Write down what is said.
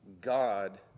God